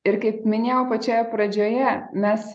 ir kaip minėjau pačioje pradžioje mes